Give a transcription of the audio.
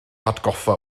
hatgoffa